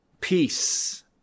Peace